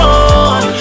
on